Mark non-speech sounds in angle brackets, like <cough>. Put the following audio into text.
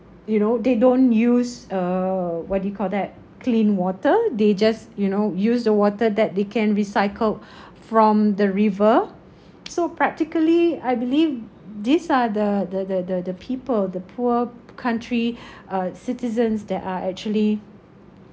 you know they don't use uh what do you call that clean water they just you know use the water that they can recycle <breath> from the river so practically I believe these are the the the the the people the poor country <breath> uh citizens that are actually